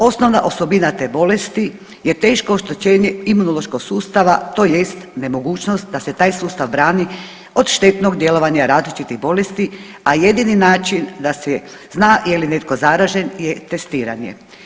Osnovna osobina te bolesti je teško oštećenje imunološkog sustava tj. nemogućnost da se taj sustav brani od štetnog djelovanja različitih bolesti, a jedini način da se zna je li netko zaražen je testiranje.